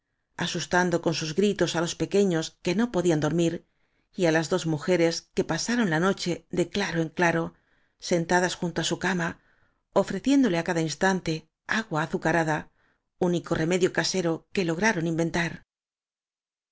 asustando con sus gritos á los pequeños que no podían dormir y á las dos mujeres que pasaron la noche de claro en claro sentadas junto á su cama ofreciéndole á cada instante agua azucarada único remedio casero que lograron inventar